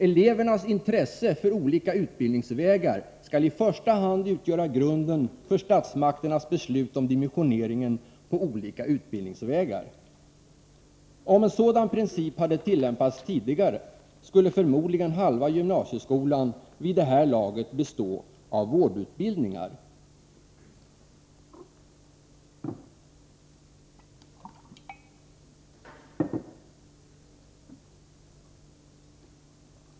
Elevernas intresse för olika utbildningsvägar skall i första hand utgöra grunden för statsmakternas beslut om dimensioneringen av olika utbildningsvägar. Om en sådan princip hade tillämpats tidigare skulle förmodligen halva gymnasieskolan vid det här laget bestå av vårdutbildningar!